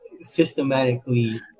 systematically